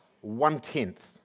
one-tenth